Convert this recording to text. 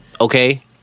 okay